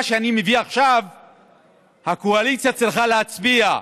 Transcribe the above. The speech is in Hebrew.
על מה שאני מביא עכשיו הקואליציה צריכה להצביע,